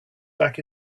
back